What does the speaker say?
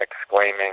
exclaiming